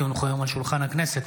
כי הונחו היום על שולחן הכנסת,